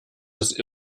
des